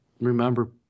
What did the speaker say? remember